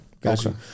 Gotcha